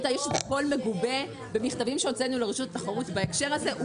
הכול מגובה במכתבים שהוצאנו לרשות התחרות בהקשר הזה.